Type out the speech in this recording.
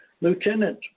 Lieutenant